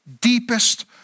deepest